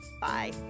Bye